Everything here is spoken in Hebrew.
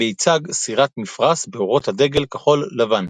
מייצג סירת מפרש באורות הדגל כחול-לבן,